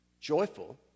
joyful